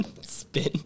Spin